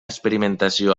experimentació